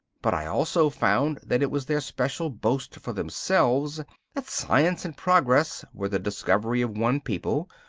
but i also found that it was their special boast for themselves that science and progress were the discovery of one people,